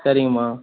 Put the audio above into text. சரிங்கம்மா